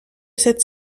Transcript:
cette